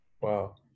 Wow